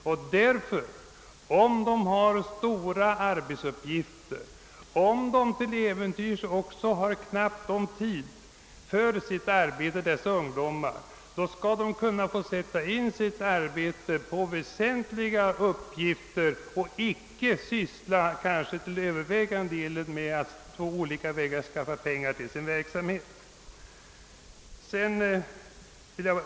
Om de har stora arbetsuppgifter, och till äventyrs också har knappt om tid, så måste de få sätta in sitt arbete på väsentliga uppgifter och icke, kanske till övervägande delen, sysla med att på olika vägar skaffa pengar till sin verksamhet.